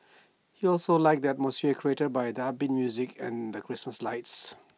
he also liked the atmosphere created by the upbeat music and the Christmas lights